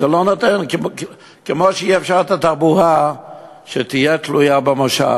כמו שאי-אפשר שהתחבורה תהיה תלויה במושב.